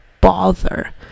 bother